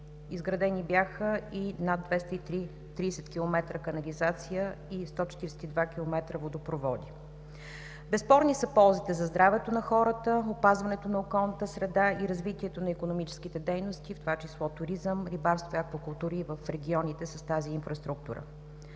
Изградени бяха над 230 км канализация и 142 км водопроводи. Безспорни са ползите за здравето на хората, опазването на околната среда и развитието на икономическите дейности, в това число туризъм, рибарство и аквакултури в регионите с тази инфраструктура.